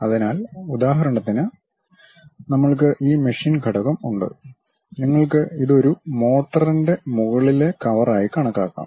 അതിനാൽ ഉദാഹരണത്തിന് നമ്മൾക്ക് ഈ മെഷീൻ ഘടകം ഉണ്ട് നിങ്ങൾക്ക് ഇത് ഒരു മോട്ടറിന്റെ മുകളിലെ കവറായി കണക്കാക്കാം